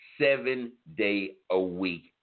seven-day-a-week